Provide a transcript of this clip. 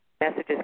messages